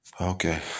Okay